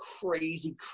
crazy